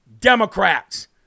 Democrats